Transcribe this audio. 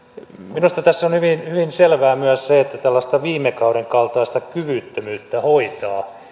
minusta tässä on hyvin hyvin selvää myös se että tällaista viime kauden kaltaista kyvyttömyyttä hoitaa